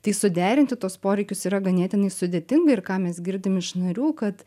tai suderinti tuos poreikius yra ganėtinai sudėtinga ir ką mes girdim iš narių kad